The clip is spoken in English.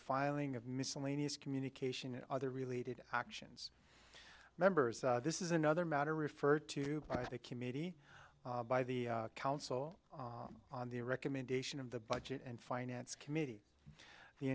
filing of miscellaneous communication and other related actions members this is another matter referred to by the committee by the council on the recommendation of the budget and finance committee the